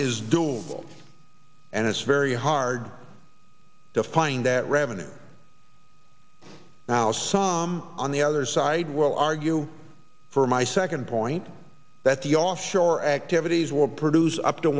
doable and it's very hard to find that revenue now some on the other side will argue for my second point that the offshore activities will produce up to